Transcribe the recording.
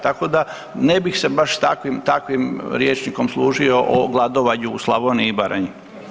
Tako da ne bih se baš s takvim rječnikom služio o gladovanju u Slavoniji i Baranji.